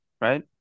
Right